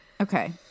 Okay